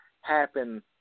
happen